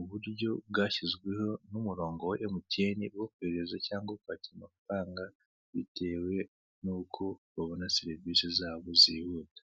uburyo bwashyizweho n'umurongo wa emutiyeni wo kohereza cyangwa kwakira amafaranga bitewe nuko babona serivise zabo zihuta.